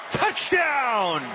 touchdown